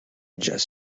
just